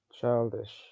Childish